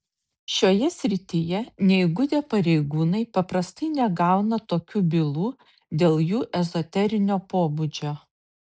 šioje srityje neįgudę pareigūnai paprastai negauna tokių bylų dėl jų ezoterinio pobūdžio